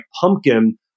pumpkin